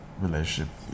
relationship